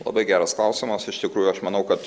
labai geras klausimas iš tikrųjų aš manau kad